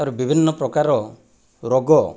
ତାର ବିଭିନ୍ନ ପ୍ରକାର ରୋଗ